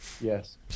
Yes